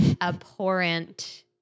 abhorrent